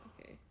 Okay